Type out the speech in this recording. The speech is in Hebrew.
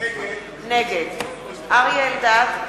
נגד אריה אלדד,